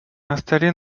installé